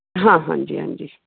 हाँ हाँ जी हाँ जी